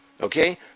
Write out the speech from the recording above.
Okay